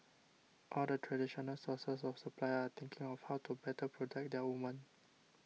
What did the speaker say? all the traditional sources of supply are thinking of how to better protect their women